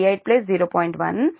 38 0